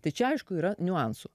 tai čia aišku yra niuansų